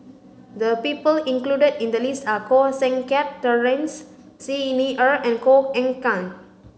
the people included in the list are Koh Seng Kiat Terence Xi Ni Er and Koh Eng Kian